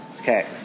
Okay